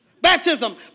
Baptism